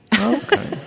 Okay